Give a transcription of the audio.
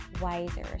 wiser